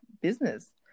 business